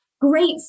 great